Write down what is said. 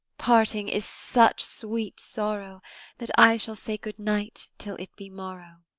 parting is such sweet sorrow that i shall say good night till it be morrow.